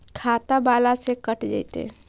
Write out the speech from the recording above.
खाता बाला से कट जयतैय?